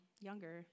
younger